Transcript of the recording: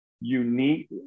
unique